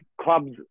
clubs